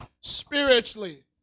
spiritually